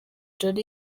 jolly